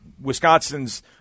Wisconsin's